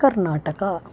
Karnataka